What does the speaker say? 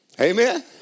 Amen